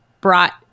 brought